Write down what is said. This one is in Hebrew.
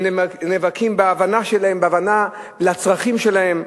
הם נאבקים להבנה בצרכים שלהם.